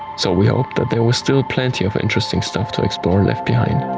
so we hoped that there was still plenty of interesting stuff to explore left behind.